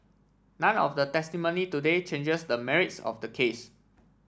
none of the testimony today changes the merits of the case